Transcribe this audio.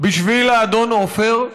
בשביל האדון עופר,